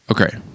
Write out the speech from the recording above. okay